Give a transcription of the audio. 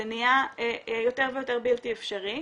זה נהיה יותר ויותר בלתי אפשרי,